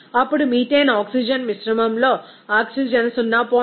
అప్పుడు methane oxygen మిశ్రమంలో oxygen 0